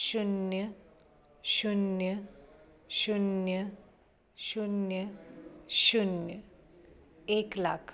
शुन्य शुन्य शुन्य शुन्य शुन्य एक लाख